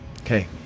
okay